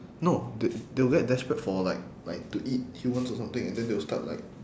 no th~ they'll get desperate for like like to eat humans or something and then they will start like